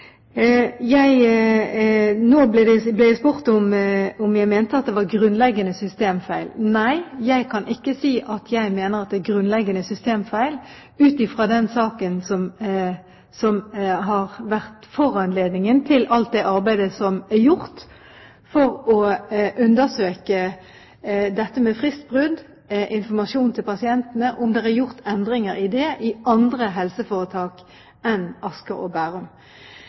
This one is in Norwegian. jeg som statsråd leder. Nå ble jeg spurt om jeg mente at det var grunnleggende systemfeil. Nei, jeg kan ikke si at jeg mener at det er grunnleggende systemfeil, ut fra den saken som har vært foranledningen til alt det arbeidet som er gjort for å undersøke dette med fristbrudd og informasjon til pasientene og om det er gjort endringer i det i andre helseforetak enn Asker og Bærum.